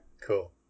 Cool